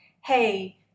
Hey